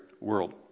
world